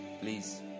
please